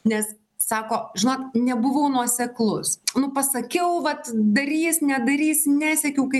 nes sako žinot nebuvau nuoseklus nu pasakiau vat darys nedarys nesekiau kai